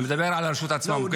אני מדבר על הרשות עצמה.